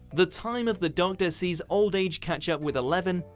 the time of the doctor sees old age catch up with eleven,